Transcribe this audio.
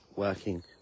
working